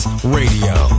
Radio